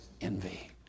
envy